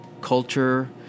culture